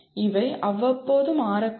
இவை அவ்வப்போது மாறக்கூடும்